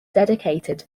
dedicated